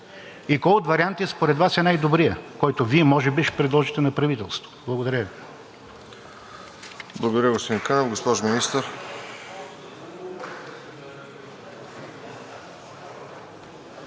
Кой от вариантите според Вас е най-добрият, който Вие може би ще предложите на правителството? Благодаря Ви.